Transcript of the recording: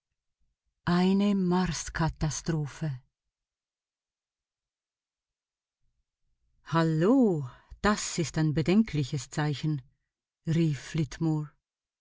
eine marskatastrophe halloh das ist ein bedenkliches zeichen rief